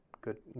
good